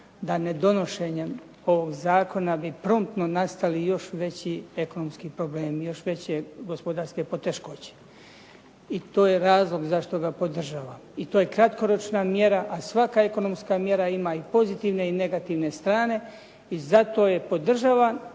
da nedonošenjem ovog zakona bi promptno nastali i još veći ekonomski problemi, još veće gospodarske poteškoće. I to je razlog zašto ga podržavam, i to je kratkoročna mjera, a svaka ekonomska mjera ima i pozitivne i negativne strane i zato je podržavam,